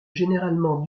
généralement